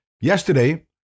Yesterday